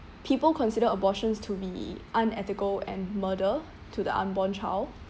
people consider abortions to be unethical and murder to the unborn child